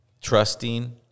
trusting